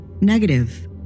Negative